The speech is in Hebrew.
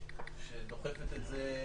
שדוחפת את זה.